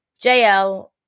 JL